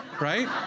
right